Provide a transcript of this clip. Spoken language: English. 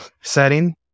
setting